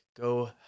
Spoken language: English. go